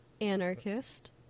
Anarchist